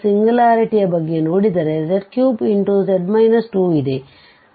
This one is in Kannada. ಸಿಂಗ್ಯುಲಾರಿಟಿಯ ಬಗ್ಗೆ ನೋಡಿದರೆ z3 ಇದೆ